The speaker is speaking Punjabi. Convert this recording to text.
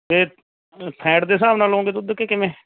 ਅਤੇ ਫੈਟ ਦੇ ਹਿਸਾਬ ਨਾਲ ਲਉਂਗੇ ਦੁੱਧ ਕਿ ਕਿਵੇਂ